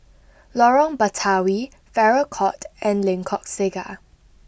Lorong Batawi Farrer Court and Lengkok Saga